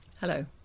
Hello